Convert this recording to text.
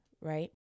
right